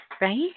right